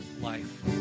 life